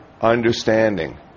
understanding